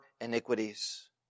iniquities